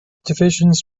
divisions